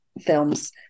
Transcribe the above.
films